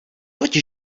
toť